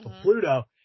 Pluto